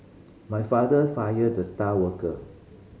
my father fired the star worker